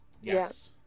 yes